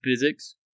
physics